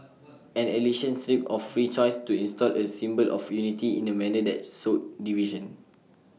an election stripped of free choice to install A symbol of unity in A manner that sowed division